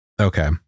Okay